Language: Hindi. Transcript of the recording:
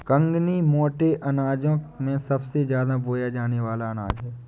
कंगनी मोटे अनाजों में सबसे ज्यादा बोया जाने वाला अनाज है